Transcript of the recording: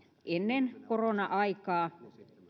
ennen korona aikaa